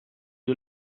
you